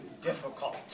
difficult